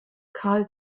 karl